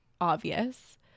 obvious